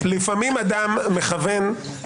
--- אתה תומך רוצחים.